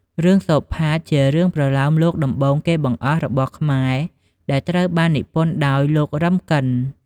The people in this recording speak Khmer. រឿងសូផាត ជារឿងប្រលោមលោកដំបូងគេបង្អស់របស់ខ្មែរ ដែលត្រូវបាននិពន្ធដោយ លោក រឹម គិន។